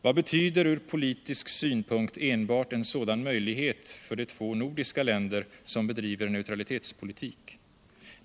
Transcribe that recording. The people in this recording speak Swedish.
Vad betyder ur politisk synpunkt enbart en sådan möjlighet för de två nordiska länder, som bedriver neutralitetspolitik?